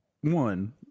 one